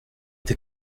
the